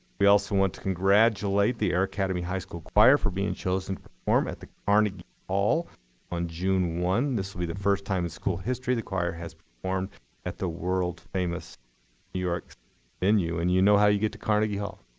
we also want to congratulate the air academy high school choir for being chosen to perform at the carnegie hall on june one. this will be the first time in school history the choir has performed at the world famous new york venue. and you know how you get to carnegie hall?